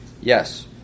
Yes